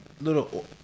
little